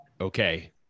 Okay